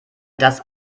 das